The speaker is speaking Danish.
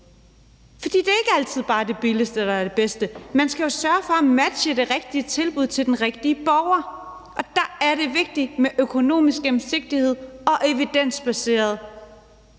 For det er ikke altid bare det billigste, der er det bedste. Man skal jo sørge for at matche det rigtige tilbud til den rigtige borger, og der er det vigtigt med økonomisk gennemsigtighed og evidensbaserede